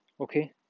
Okay